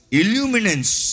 illuminance